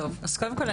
קודם כל,